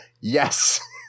yes